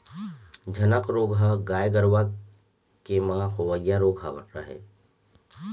झनक रोग ह गाय गरुवा के म होवइया रोग हरय